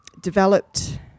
developed